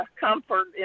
comfort